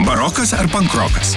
barokas ar pankrokas